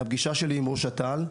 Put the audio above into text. מהפגישה שלי עם ראש אט"ל,